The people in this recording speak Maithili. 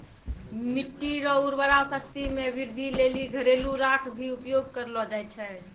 मिट्टी रो उर्वरा शक्ति मे वृद्धि लेली घरेलू राख भी उपयोग करलो जाय छै